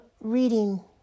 reading